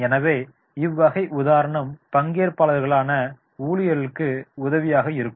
எனவே இவ்வகை உதாரணம் பங்கேற்பாளர்களான ஊழியர்களுக்கு உதவியாக இருக்கும்